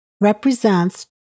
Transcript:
represents